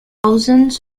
thousands